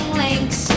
links